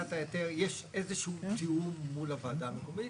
להפקת ההיתר יש איזשהו טיעון מול הוועדה המקומית,